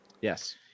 Yes